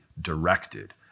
directed